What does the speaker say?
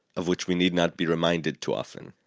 of which we need not be reminded too often.